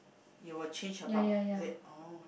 you will change about ah is it oh